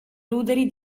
ruderi